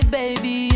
baby